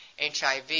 HIV